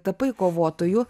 tapai kovotoju